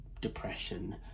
depression